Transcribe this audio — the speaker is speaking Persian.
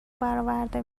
براورده